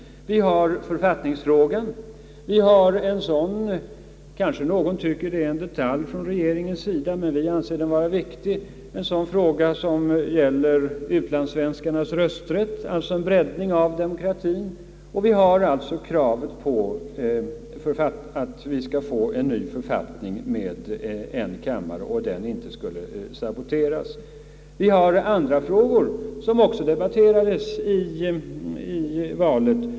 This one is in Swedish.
Vi har författningsfrågan. Vi har en sådan — kanske någon från regeringens sida tycker det är en detalj men vi anser den vara viktig — fråga som utlandssvenskarnas rösträtt, alltså en breddning av demokratien. Vi har också kravet att få en ny författning med en kammare. Vi har andra frågor som också debatterades i valet.